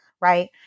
right